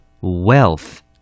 Wealth